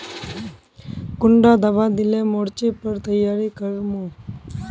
कुंडा दाबा दिले मोर्चे पर तैयारी कर मो?